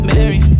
Mary